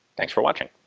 thanks for watching.